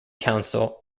council